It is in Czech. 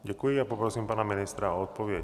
Děkuji a poprosím pana ministra o odpověď.